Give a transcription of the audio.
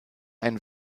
ein